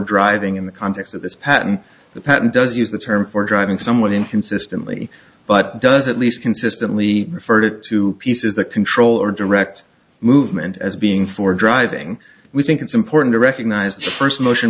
driving in the context of this patent the patent does use the term for driving someone inconsistently but does at least consistently referred to pieces that control or direct movement as being for driving we think it's important to recognize the first motion